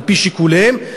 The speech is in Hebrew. על-פי שיקוליהם,